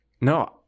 No